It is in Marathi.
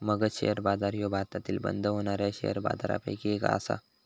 मगध शेअर बाजार ह्यो भारतातील बंद होणाऱ्या शेअर बाजारपैकी एक आसा